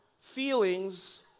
feelings